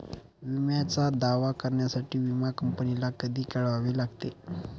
विम्याचा दावा करण्यासाठी विमा कंपनीला कधी कळवावे लागते?